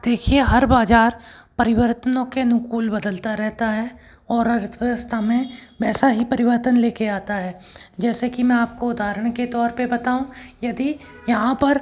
देखिए हर बाज़अर परिवर्तनों के अनुकूल बदलता रहता है और अर्थव्यवस्था में वैसा ही परिवर्तन ले के आता है जैसे कि मैं आप को उदाहरण के तौर पर बताऊँ यदि यहाँ पर